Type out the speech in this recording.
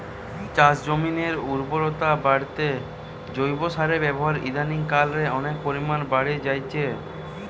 চাষজমিনের উর্বরতা বাড়িতে জৈব সারের ব্যাবহার ইদানিং কাল রে অনেক পরিমাণে বাড়ি জাইচে